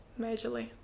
majorly